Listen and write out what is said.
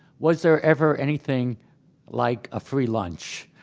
was there ever anything like a free lunch?